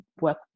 work